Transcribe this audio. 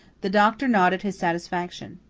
the doctor nodded his satisfaction.